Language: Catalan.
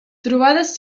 trobades